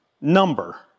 number